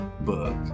book